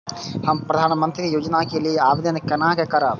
हम प्रधानमंत्री योजना के लिये आवेदन केना करब?